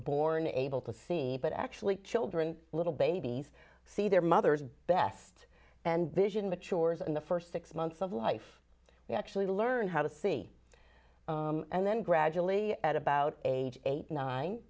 born able to see but actually children little babies see their mother's best and vision matures in the first six months of life we actually learn how to see and then gradually at about age eight nine